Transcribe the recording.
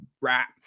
rap